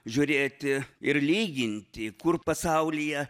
žiūrėti ir lyginti kur pasaulyje